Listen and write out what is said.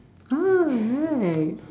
ah right